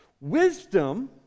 Wisdom